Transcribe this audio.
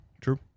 True